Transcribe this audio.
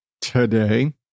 today